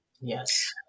Yes